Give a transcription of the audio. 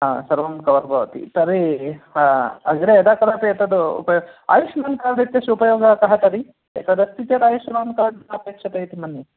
हा सर्वं कवर् भवति तर्हि अग्रे यदा कदापि एतद् उप आयुषमान् कार्ड् इत्यस्य उपयोगः कः तर्हि एतदस्ति चेत् आयुषमान् कार्ड् नापेक्षते इति मन्ये